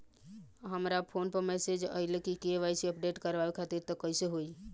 हमरा फोन पर मैसेज आइलह के.वाइ.सी अपडेट करवावे खातिर त कइसे होई?